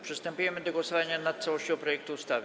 Przystępujemy do głosowania nad całością projektu ustawy.